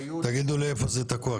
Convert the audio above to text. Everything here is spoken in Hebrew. תגידו לי איפה זה תקוע,